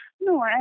No